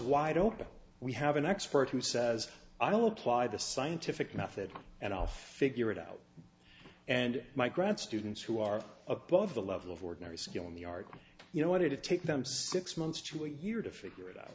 why don't we have an expert who says i don't apply the scientific method and i'll figure it out and my grad students who are above the level of ordinary skill in the art can you know what it is take them six months to a year to figure it out